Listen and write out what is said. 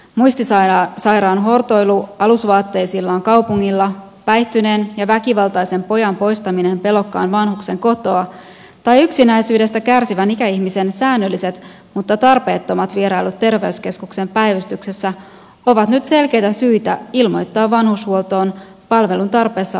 muistisairaan hortoilu alusvaatteisillaan kaupungilla päihtyneen ja väkivaltaisen pojan poistaminen pelokkaan vanhuksen kotoa tai yksinäisyydestä kärsivän ikäihmisen säännölliset mutta tarpeettomat vierailut terveyskeskuksen päivystyksessä ovat nyt selkeitä syitä ilmoittaa vanhushuoltoon palvelun tarpeessa olevasta henkilöstä